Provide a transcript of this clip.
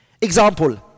Example